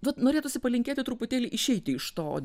vat norėtųsi palinkėti truputėlį išeiti iš to